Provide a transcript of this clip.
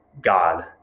God